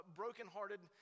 brokenhearted